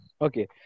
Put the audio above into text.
Okay